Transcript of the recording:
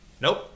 Nope